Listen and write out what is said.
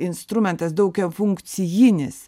instrumentas daugiafunkcijinis